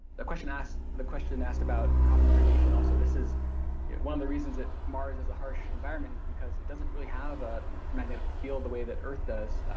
the question asked the question asked about cosmic radiation also this is one of the reasons that mars is a harsh environment is because it doesn't really have a magnetic field the way that earth does,